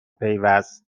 پیوست